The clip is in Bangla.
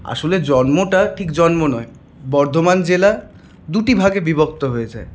আসলে জন্মটা ঠিক জন্ম নয় বর্ধমান জেলা দুটি ভাগে বিভক্ত হয়েছে